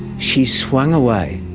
she swung away,